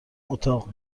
اتاق